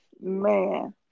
Man